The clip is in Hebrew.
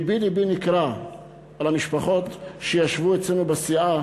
לבי, לבי נקרע על המשפחות שישבו אצלנו בסיעה